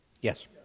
Yes